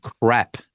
crap